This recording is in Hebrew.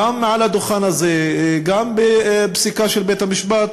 גם מעל הדוכן הזה וגם בפסיקה של בית-המשפט,